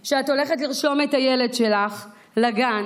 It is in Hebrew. כשאת הולכת לרשום את הילד שלך לגן,